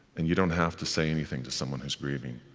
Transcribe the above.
and you don't have to say anything to someone who's grieving.